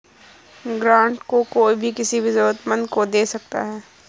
grant को कोई भी किसी भी जरूरतमन्द को दे सकता है